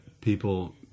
people